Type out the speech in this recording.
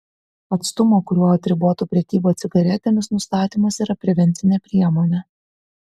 atstumo kuriuo atribotų prekybą cigaretėmis nustatymas yra prevencinė priemonė